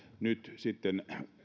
nyt sitten